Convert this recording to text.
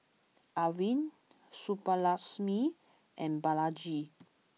Arvind Subbulakshmi and Balaji